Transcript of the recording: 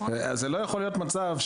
לא יכול להיות מצב,